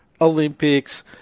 Olympics